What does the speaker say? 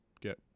get